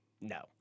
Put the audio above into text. no